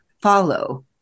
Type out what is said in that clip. follow